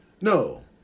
no